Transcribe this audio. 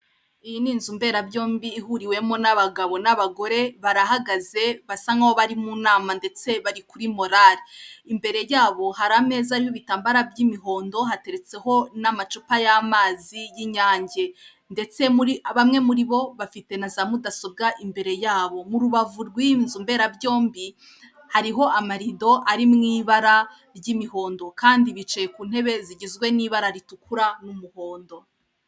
Iyi ni inzu mberabyombi ihuriwemo n'abagabo n'abagore barahagaze basa nka bari mu nama, ndetse bari kuri morale, imbere yabo hari ameza ariho ibitambara by'imihondo hateretseho n'amacupa y'amazi y'inyange, ndetse bamwe muri bo bafite na za mudasobwa imbere yabo mu rubavu rw'iyi nzu mberabyombi hariho amarido ari mu ibara ry'imihondo kandi bicaye ku ntebe zigizwe n'ibara ritukura n'umuhondo.